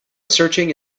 searching